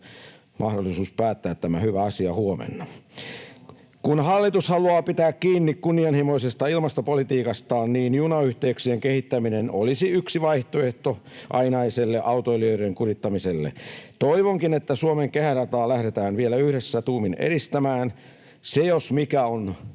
mahdollisuus päättää tämä hyvä asia huomenna. [Keskeltä: Paljonko se maksaa?] Kun hallitus haluaa pitää kiinni kunnianhimoisesta ilmastopolitiikastaan, niin junayhteyksien kehittäminen olisi yksi vaihtoehto ainaiselle autoilijoiden kurittamiselle. Toivonkin, että Suomen kehärataa lähdetään vielä yhdessä tuumin edistämään. Se jos mikä on